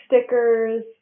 stickers